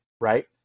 right